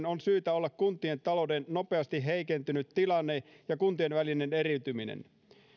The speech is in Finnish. on syytä olla kuntien talouden nopeasti heikentynyt tilanne ja kuntien välinen eriytyminen